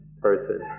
person